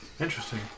Interesting